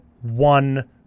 one